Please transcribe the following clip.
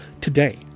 today